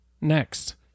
Next